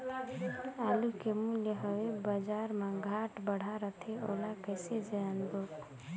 आलू के मूल्य हवे बजार मा घाट बढ़ा रथे ओला कइसे जानबो?